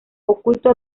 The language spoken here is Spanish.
oculto